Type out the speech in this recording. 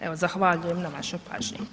Evo zahvaljujem na vašoj pažnji.